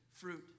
fruit